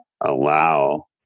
allow